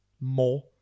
More